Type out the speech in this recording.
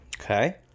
Okay